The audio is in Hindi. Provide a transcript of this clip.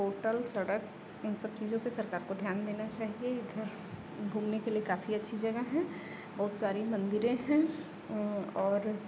होटल सड़क इन सब चीज़ों पे सरकार को ध्यान देना चाहिए इधर घूमने के लिए काफ़ी अच्छी जगह हैं बहुत सारी मंदिरें हैं और